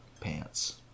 pants